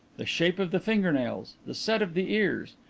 the shape of the fingernails, the set of the ears.